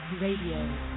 Radio